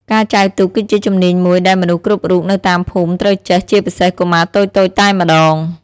ការចែវទូកគឺជាជំនាញមួយដែលមនុស្សគ្រប់រូបនៅតាមភូមិត្រូវចេះ ជាពិសេសកុមារតូចៗតែម្ដង។